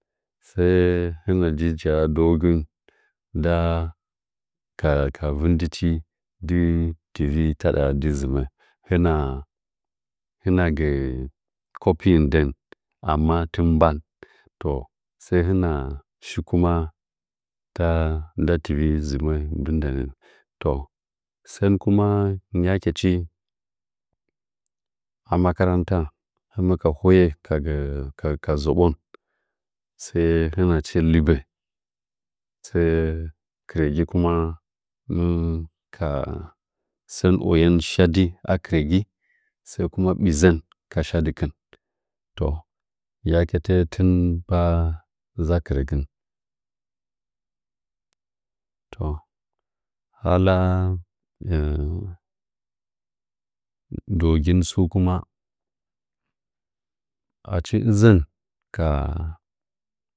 Sai hɨna dzɨnyichi a ha ndiwo gɚn nda ka ka vin ndɨch dɨ tiyi taɗa de zɨmɚ hina hɨna gɚ copy den amma tɨn mban to sai hɨna shi kuma ta nda tivi zɨmɚ to sɚn kuma yakechic a makaranta hɨmɨna boye ka gɚ zɚbon sɚi hɨna shi lɨbɚ sai kɨrɚgɨ kuma mɨ ka sɚn oyen shaddɨ a kɨrɚgɨ sɚn kuma ɓizɚn ka shadɨrɚkɨn to yakatan timba za kɨrɚgɨ ndɚ hala dwogin tsu kuma achi ɨzɚh ka